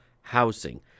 housing